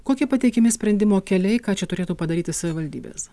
kokie pateikiami sprendimo keliai ką čia turėtų padaryti savivaldybės